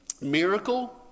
miracle